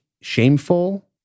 shameful